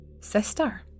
Sister